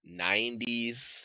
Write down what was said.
90s